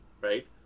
right